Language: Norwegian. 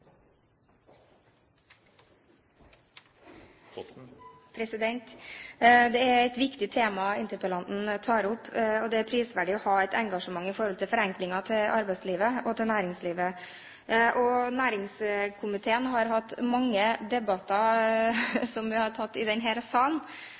et viktig tema interpellanten tar opp, og det er prisverdig å ha et engasjement når det gjelder forenkling i arbeidslivet og i næringslivet. Næringskomiteen har hatt mange debatter